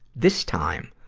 this time,